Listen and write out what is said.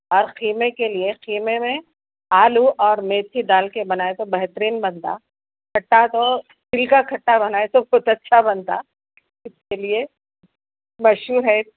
اور قیمے کے لیے قیمے میں آلو اور میتھی ڈال کے بنائے تو بہترین بنتا کھٹا تو پھیکا کھٹا بنائے تو کچھ اچھا بنتا اس کے لیے مشہور ہے